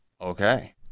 okay